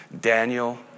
Daniel